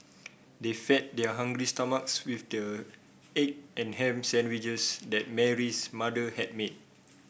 they fed their hungry stomachs with the egg and ham sandwiches that Mary's mother had made